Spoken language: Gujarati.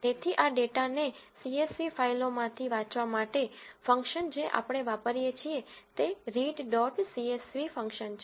તેથી આ ડેટાને સીએસવી ફાઇલોમાંથી વાંચવા માટે ફંક્શન જે આપણે વાપરીએ છીએ તે રીડ ડોટ સીએસવી ફંક્શન છે